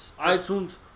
iTunes